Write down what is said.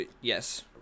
yes